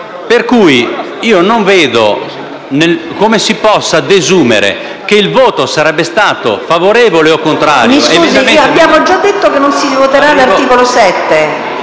Assemblea. Non vedo come si possa desumere che il voto sarebbe stato favorevole o contrario... PRESIDENTE. Mi scusi, ma abbiamo già detto che non si voterà l'articolo 7.